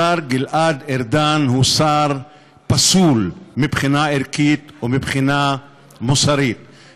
השר גלעד ארדן הוא שר פסול מבחינה ערכית ומבחינה מוסרית,